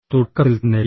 തുടക്കത്തിൽ തന്നെ രീതി